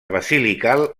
basilical